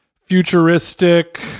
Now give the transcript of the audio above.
futuristic